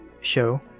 show